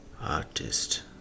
artist